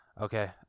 Okay